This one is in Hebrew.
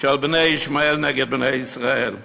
של בני ישמעאל נגד בני ישראל.